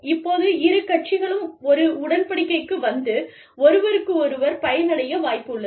இப்போது இரு கட்சிகளும் ஒரு உடன்படிக்கைக்கு வந்து ஒருவருக்கொருவர் பயனடைய வாய்ப்பு உள்ளது